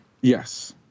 Yes